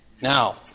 Now